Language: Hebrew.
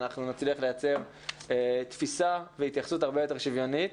אנחנו נצליח לעצב תפיסה והתייחסות הרבה יותר שוויונית.